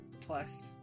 Plus